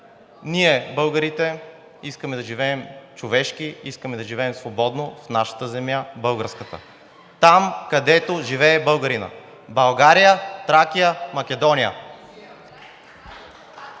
„Ние българите искаме да живеем човешки, искаме да живеем свободно в нашата земя, българската, там, където живее българинът – в България, Тракия, Македония.“